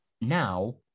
now